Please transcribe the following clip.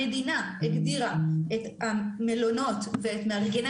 המדינה הגדירה את המלונות ואת מארגני